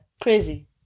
Crazy